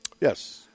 Yes